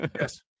Yes